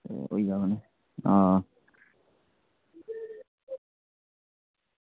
ते होई औन्ने हां